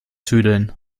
tüdeln